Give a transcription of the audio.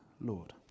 Lord